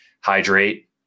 hydrate